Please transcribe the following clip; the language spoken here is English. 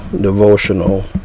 devotional